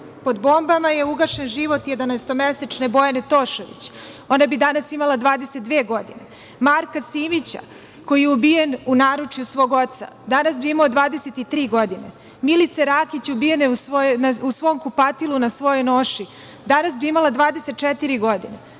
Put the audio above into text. Pod bombama je ugašen život jedanaestomesečne Bojane Tošović, ona bi danas imala 22 godine, Marka Simića koji je ubijen u naručju svog oca, danas bi imao 23 godine, Milice Rakić ubijene u svom kupatilu na svojoj noši, danas bi imala 24 godine,